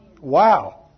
Wow